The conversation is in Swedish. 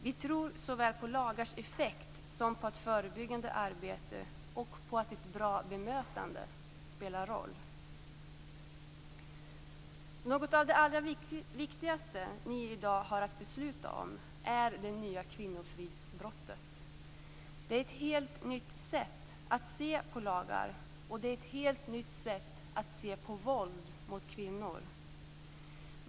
Vi tror såväl på lagars effekt som på att förebyggande arbete och ett bra bemötande spelar roll. Något av det allra viktigaste ni i dag har att besluta om är det nya kvinnofridsbrottet. Det är ett helt nytt sätt att se på lagar och ett helt nytt sätt att se på våld mot kvinnor.